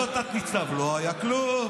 אותו תת-ניצב: לא היה כלום.